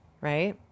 right